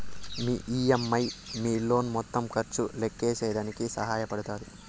మీ EMI మీ loan మొత్తం ఖర్చు లెక్కేసేదానికి సహాయ పడతాది